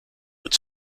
but